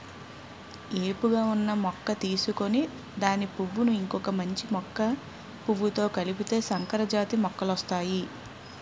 ఏపుగా ఉన్న మొక్క తీసుకొని దాని పువ్వును ఇంకొక మంచి మొక్క పువ్వుతో కలిపితే సంకరజాతి మొక్కలొస్తాయి